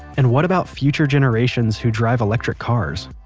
and what about future generations who drive electric cars,